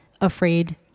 afraid